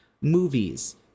movies